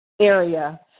area